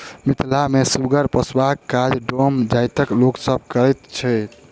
मिथिला मे सुगर पोसबाक काज डोम जाइतक लोक सभ करैत छैथ